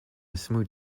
smooth